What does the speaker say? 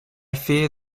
fear